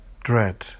dread